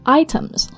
items